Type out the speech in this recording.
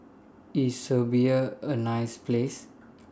IS Serbia A nice Place